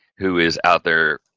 who is out there,